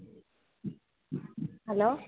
hello